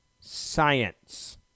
science